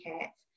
cats